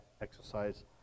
exercise